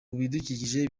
bidukikije